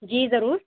جی ضرور